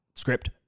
script